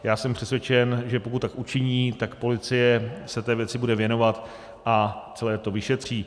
Já jsem přesvědčen, že pokud tak učiní, policie se té věci bude věnovat a celé to vyšetří.